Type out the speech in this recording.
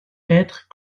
perdre